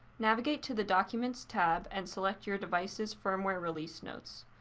navigate to the documents tab and select your device's firmware release notes.